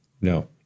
No